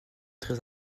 très